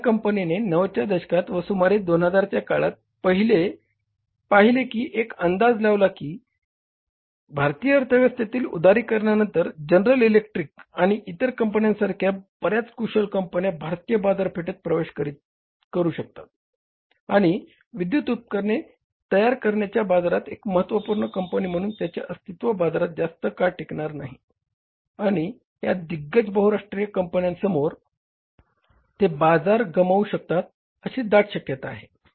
या कंपनीने 90 च्या दशकात व सुमारे 2000 च्या काळात पहिले की व अंदाज लावला की भारतीय अर्थव्यवस्था उदारीकरणानंतर जनरल इलेक्ट्रिक आणि इतर कंपन्यांसारख्या बर्याच कुशल कंपन्या भारतीय बाजारपेठेत प्रवेश करू शकतात आणि विद्युत उपकरणे तयार करण्याच्या बाजारत एक महत्वपूर्ण कंपनी म्हणून त्यांचे अस्तित्व बाजारात जास्त काळ टिकणार नाही आणि ह्या दिग्गज बहुराष्ट्रीय कंपन्यासमोर ते बाजार गमावू शकतात अशी दाट शक्यता आहे